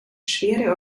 schwere